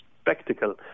spectacle